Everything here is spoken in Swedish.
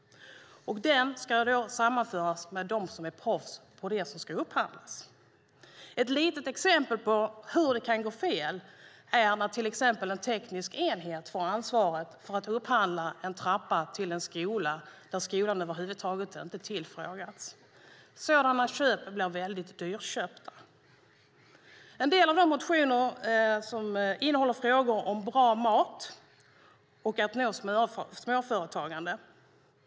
De ska då sammanföras med dem som är proffs på det som ska upphandlas. Ett litet exempel på hur fel det kan gå är när till exempel en teknisk enhet får ansvaret för att upphandla en trappa till en skola utan att skolan över huvud taget tillfrågats. Sådana köp blir väldigt dyra. En del av motionerna innehåller frågor om bra mat och om att nå småföretagare.